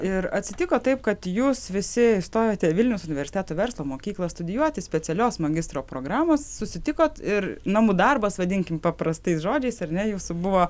ir atsitiko taip kad jūs visi įstojote į vilniaus universiteto verslo mokyklą studijuoti specialios magistro programos susitikot ir namų darbas vadinkim paprastais žodžiais ar ne jūsų buvo